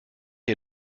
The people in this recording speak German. ihr